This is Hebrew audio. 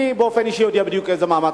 אני באופן אישי יודע בדיוק איזה מעמד